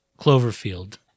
cloverfield